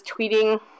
tweeting